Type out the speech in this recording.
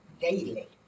daily